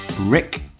Rick